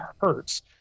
hurts